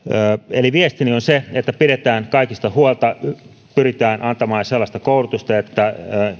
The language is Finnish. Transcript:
eli viestini on se että pidetään kaikista huolta pyritään antamaan sellaista koulutusta että